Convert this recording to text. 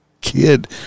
kid